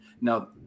Now